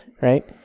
Right